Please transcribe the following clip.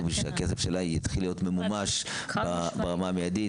בשביל שהכסף שלה יתחיל להיות ממומש ברמה המיידית.